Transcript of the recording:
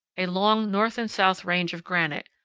a long north-and-south range of granite,